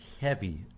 heavy